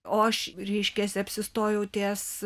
o aš reiškiasi apsistojau ties